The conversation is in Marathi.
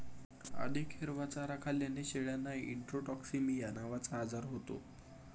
अधिक हिरवा चारा खाल्ल्याने शेळ्यांना इंट्रोटॉक्सिमिया नावाचा आजार होतो